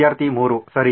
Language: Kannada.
ವಿದ್ಯಾರ್ಥಿ 3 ಸರಿ